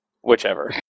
Whichever